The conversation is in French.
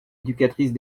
éducatrice